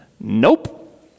nope